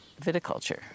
viticulture